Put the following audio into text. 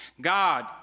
God